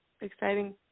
exciting